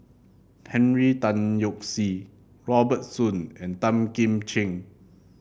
Henry Tan Yoke See Robert Soon and Tan Kim Ching